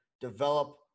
develop